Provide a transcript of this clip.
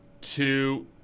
Two